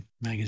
Magazine